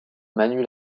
manu